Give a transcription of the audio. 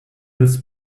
this